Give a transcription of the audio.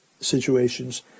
situations